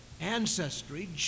ancestry